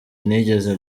nigeze